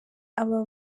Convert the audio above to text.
aba